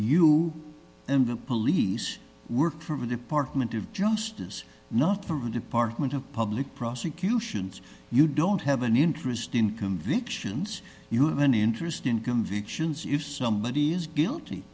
you and the police work for the department of justice not for the department of public prosecutions you don't have an interest in convictions you have an interest in convictions if somebody is